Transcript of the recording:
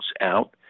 out